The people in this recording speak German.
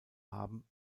haben